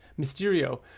Mysterio